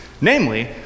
Namely